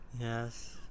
Yes